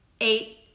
eight